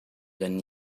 than